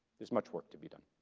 there's much work to be done.